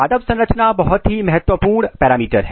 पादप संरचना एक बहुत ही महत्वपूर्ण पैरामीटर है